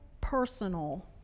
personal